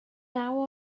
naw